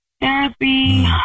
therapy